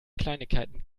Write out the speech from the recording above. kleinigkeiten